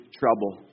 trouble